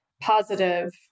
positive